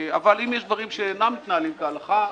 אבל אם יש דברים שאינם מתנהלים כהלכה,